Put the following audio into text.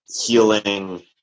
healing